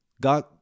God